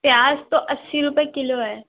پیاز تو اسّی روپے کلو ہے